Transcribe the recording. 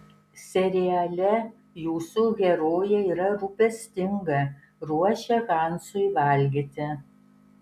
seriale jūsų herojė yra rūpestinga ruošia hansui valgyti